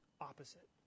opposite